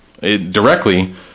Directly